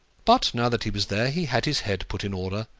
but now that he was there he had his head put in order,